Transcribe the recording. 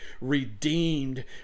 redeemed